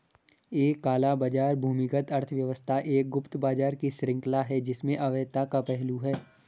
एक काला बाजार भूमिगत अर्थव्यवस्था एक गुप्त बाजार की श्रृंखला है जिसमें अवैधता का पहलू है